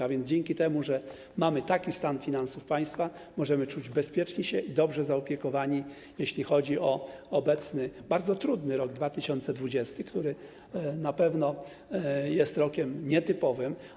A więc dzięki temu, że mamy taki stan finansów państwa, możemy czuć się bezpieczni i dobrze zaopiekowani, jeśli chodzi o obecny, bardzo trudny rok 2020, który na pewno jest rokiem nietypowym.